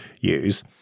use